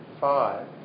five